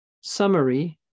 Summary